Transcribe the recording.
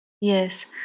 Yes